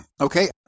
okay